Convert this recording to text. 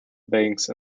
banks